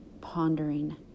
pondering